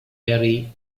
very